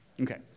Okay